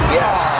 yes